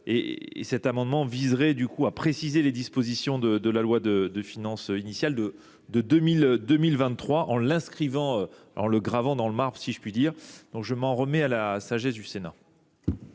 Cet amendement vise à préciser les dispositions de la loi de finances initiale de 2023, en les gravant dans le marbre. Je m’en remets à la sagesse du Sénat.